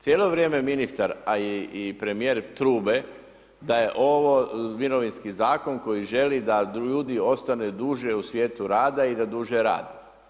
Cijelo vrijeme ministar a i premijer tvrdi da je ovo mirovinski zakon koji želi da ljudi ostanu duže u svijetu rada i da duže rade.